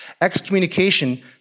excommunication